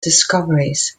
discoveries